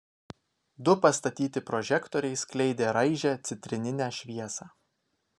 du pastatyti prožektoriai skleidė raižią citrininę šviesą